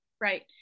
Right